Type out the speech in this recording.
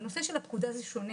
בנושא של הפקודה זה שונה